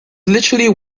literary